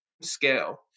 scale